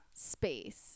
space